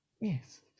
Yes